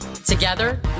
Together